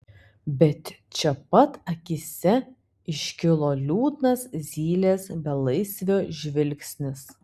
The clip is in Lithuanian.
bet čia pat akyse iškilo liūdnas zylės belaisvio žvilgsnis